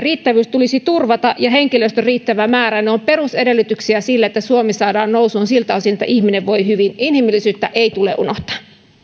riittävyys ja henkilöstön riittävä määrä tulisi turvata ne ovat perusedellytyksiä sille että suomi saadaan nousuun siltä osin että ihminen voi hyvin inhimillisyyttä ei tule unohtaa